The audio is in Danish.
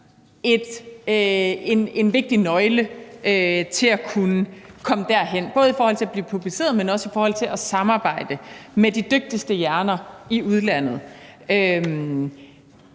en vigtig nøgle til at kunne komme derhen, både i forhold til at blive publiceret, men også i forhold til at samarbejde med de dygtigste hjerner i udlandet.